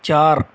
ਚਾਰ